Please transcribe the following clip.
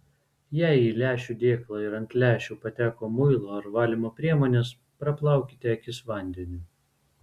jei į lęšių dėklą ir ant lęšių pateko muilo ar valymo priemonės praplaukite akis vandeniu